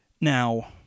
Now